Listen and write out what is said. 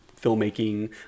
filmmaking